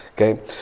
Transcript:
Okay